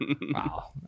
Wow